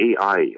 AI